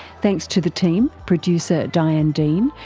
thanks to the team, producer diane dean,